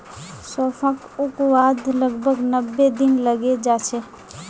सौंफक उगवात लगभग नब्बे दिन लगे जाच्छे